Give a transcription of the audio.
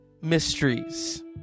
Mysteries